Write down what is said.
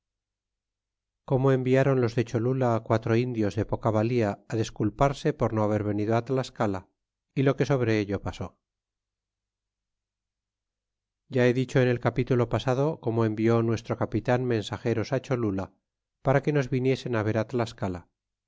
como enviaron los de chal ala guaira indios de poca valia á desculparse por no haber venido á tlascala y lo que sobre ello pasó ya he dicho en el capitulo pasado como envió nuestro capitan mensageros cholula para que nos viniesen ver tlascala